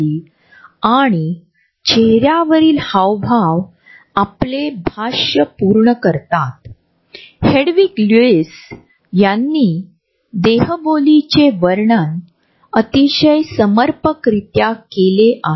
स्वतःच्या वैयक्तिक जागेवरील कोणत्याही चर्चेत आवाज आणि स्पर्श यांचे महत्त्व देखील अधोरेखित केले जाते